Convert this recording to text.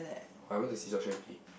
I went to seesaw chair ready